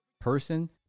person